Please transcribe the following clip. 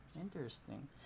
Interesting